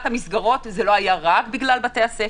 וזה לא היה רק בגלל בתי הספר,